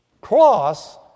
cross